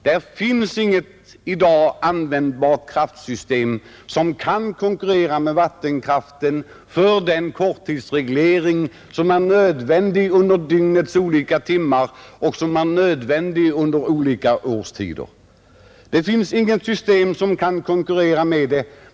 Det finns i dag inget användbart kraftsystem som kan konkurrera med vattenkraften då det gäller den korttidsreglering som är nödvändig under dygnets olika timmar och under olika årstider.